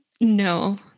No